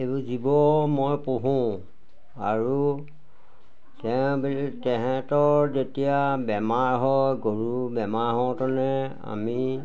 এইবোৰ জীৱ মই পুহোঁ আৰু তেহেঁতৰ যেতিয়া বেমাৰ হয় গৰু বেমাৰ হওঁতেনে আমি